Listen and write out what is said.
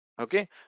okay